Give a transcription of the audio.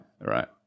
right